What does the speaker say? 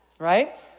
Right